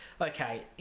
okay